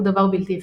הוא דבר בלתי אפשרי.